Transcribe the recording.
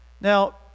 Now